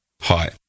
Hi